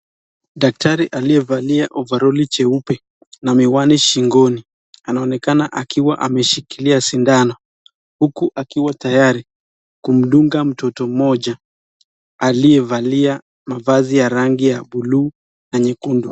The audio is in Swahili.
Daktari aliyevalia ovaroli cheupe na miwani shingoni anaonekana akiwa ameshikilia sindano huku akiwa tayari kumdunga mtoto mmoja aliyevalia mavazi ya rangi ya blue na nyekundu.